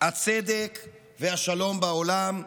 הצדק והשלום בעולם".